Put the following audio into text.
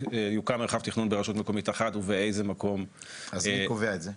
מרחב תכנון ברשות מקומית אחת ובאיזה מקום --- אז מי קובע את זה?